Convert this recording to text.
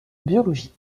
biologie